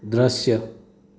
દૃશ્ય